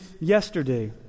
yesterday